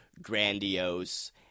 Grandiose